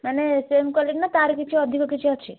ମାନେ same quality ନା ତା'ର କିଛି ଅଧିକ କିଛି ଅଛି